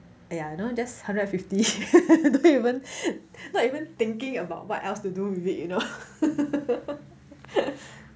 !aiya! you know just hundred and fifty don't even not even thinking about what else to do with it you know